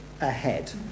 Ahead